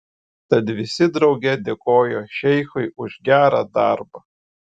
tad visi drauge dėkojo šeichui už gerą darbą